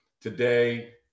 today